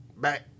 back